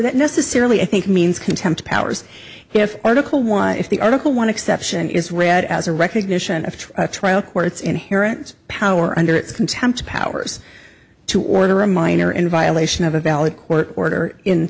that necessarily i think means contempt powers have article one if the article want to exception is read as a recognition of a trial court's inherent power under its contempt powers to order a minor in violation of a valid court order in